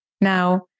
Now